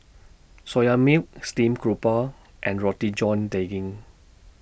Soya Milk Steamed Garoupa and Roti John Daging